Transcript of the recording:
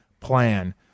plan